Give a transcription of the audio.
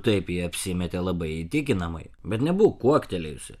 taip ji apsimetė labai įtikinamai bet nebūk kuoktelėjusi